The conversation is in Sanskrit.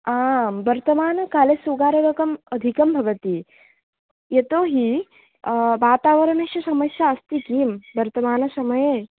आं वर्तमानकाले सुगाररोगः अधिकं भवति यतोहि वातावरणस्य समस्या अस्ति किं वर्तमानसमये